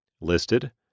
listed